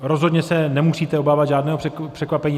Rozhodně se nemusíte obávat žádného překvapení.